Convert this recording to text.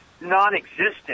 non-existent